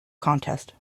contest